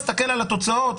תסתכל על התוצאות,